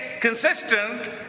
consistent